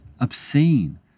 obscene